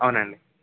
అవును అండి